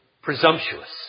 Presumptuous